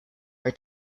are